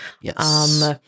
Yes